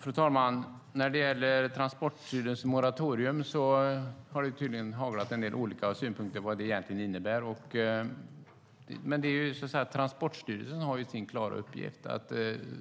Fru talman! När det gäller Transportstyrelsens moratorium har det tydligen haglat en del olika synpunkter om vad det egentligen innebär. Men Transportstyrelsen har sin klara uppgift.